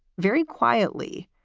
very quietly,